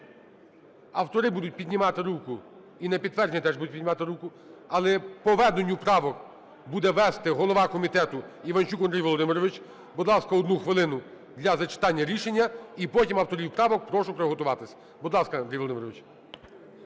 Автори будуть піднімати руку, і на підтвердження теж будуть піднімати руку. Але по веденню правок – буде вести голова комітету Іванчук Андрій Володимирович. Будь ласка, одну хвилину для зачитання рішення. І потім авторів правок прошу приготуватись. Будь ласка, Андрій Володимирович.